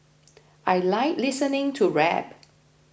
I like listening to rap